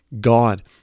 God